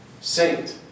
saint